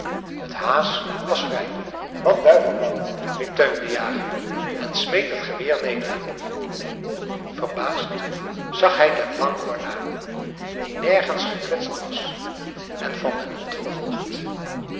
het haas was vrij wat duivel nou nep teun de jager en smeet het geweer neder verbaasd zag hij den langoor na die nergens gekwetst was en van den hond vervolgd